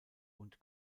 und